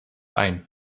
ein